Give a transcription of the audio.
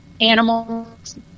animals